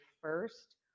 first